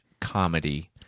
comedy